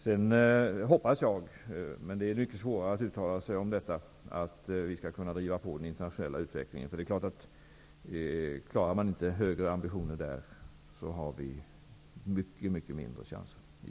Sedan hoppas jag -- men det är mycket svårare att uttala sig om detta -- att vi skall kunna driva på den internationella utvecklingen. Klarar man inte högre ambitioner där, har vi mycket mindre chanser i